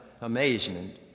amazement